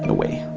and way.